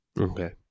Okay